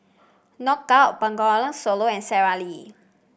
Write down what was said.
Knockout Bengawan Solo and Sara Lee